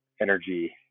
energy